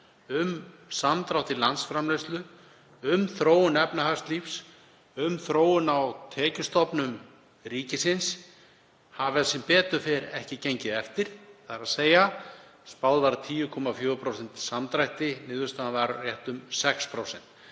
um samdrátt í landsframleiðslu, um þróun efnahagslífsins, um þróun á tekjustofnum ríkisins, hafa sem betur fer ekki gengið eftir, þ.e. spáð var um 10,4% samdrætti, niðurstaðan var rétt um 6%.